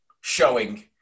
showing